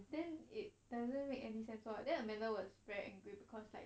then it doesn't make any sense lah then amanda was very angry because like